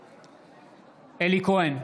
בעד אלי כהן,